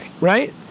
right